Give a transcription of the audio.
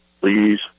please